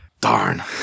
darn